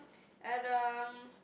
Adam